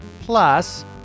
Plus